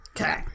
Okay